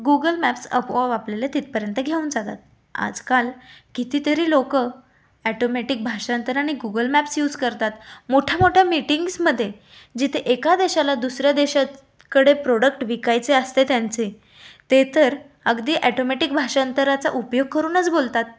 Google maps आपोआप आपल्याला तिथपर्यंत घेऊन जातात आजकाल कितीतरी लोक ॲटोमॅटिक भाषांतर आणि गुगल मॅप्स यूज करतात मोठ्या मोठ्या मीटिंग्जमधे जिथे एका देशाला दुसऱ्या देशाकडे प्रोडक्ट विकायचे असते त्यांचे ते तर अगदी ॲटोमॅटिक भाषांतराचा उपयोग करूनच बोलतात